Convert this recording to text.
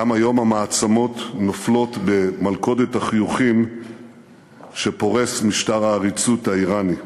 גם היום המעצמות נופלות במלכודת החיוכים שפורס משטר העריצות האיראני.